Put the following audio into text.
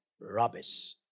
rubbish